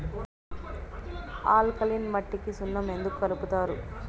alkaline మట్టికి సున్నం ఎందుకు కలుపుతారు